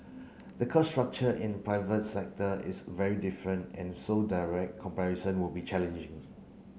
the cost structure in private sector is very different and so direct comparison would be challenging